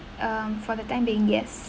um for the time being yes